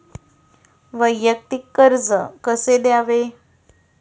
वैयक्तिक कर्ज कसे घ्यावे?